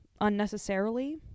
unnecessarily